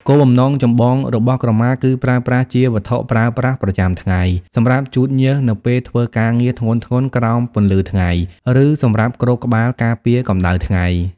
គោលបំណងចម្បងរបស់ក្រមាគឺប្រើប្រាស់ជា វត្ថុប្រើប្រាស់ប្រចាំថ្ងៃ សម្រាប់ជូតញើសនៅពេលធ្វើការងារធ្ងន់ៗក្រោមពន្លឺថ្ងៃ ឬសម្រាប់គ្របក្បាលការពារកម្ដៅថ្ងៃ។